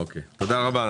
תודה רבה.